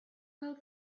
will